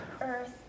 earth